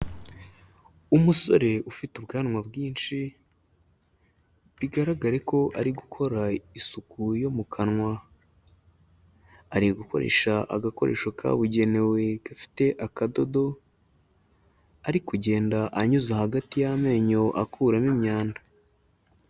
Umusore ufite ubwanwa bwinshi bigaragare ko ari gukora isuku yo mu kanwa, ari gukoresha agakoresho kabugenewe gafite akadodo ari kugenda anyuza hagati y'amenyo akuramo imyanda.